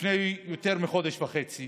לפני יותר מחודש וחצי,